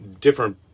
different